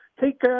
Take